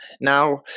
now